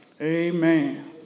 Amen